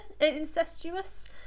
incestuous